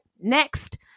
Next